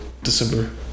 December